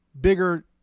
bigger